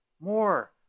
more